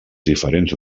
diferents